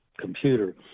computer